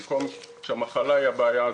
במקום שהמחלה היא הבעיה,